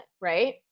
right